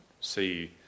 see